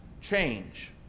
change